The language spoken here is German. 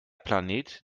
planet